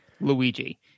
Luigi